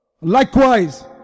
Likewise